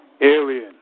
Alien